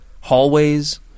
hallways